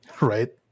Right